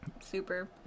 super